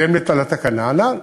בהתאם לתקנה הנ"ל".